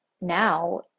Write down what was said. now